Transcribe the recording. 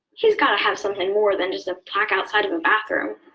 he's got to have something more than just a plaque outside of a bathroom!